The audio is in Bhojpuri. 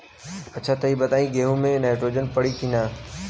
अच्छा त ई बताईं गेहूँ मे नाइट्रोजन पड़ी कि ना?